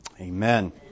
Amen